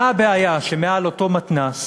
מה הבעיה שמעל אותו מתנ"ס